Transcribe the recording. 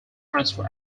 transfer